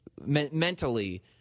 mentally –